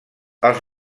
els